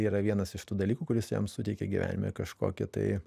yra vienas iš tų dalykų kuris jam suteikia gyvenime kažkokį tai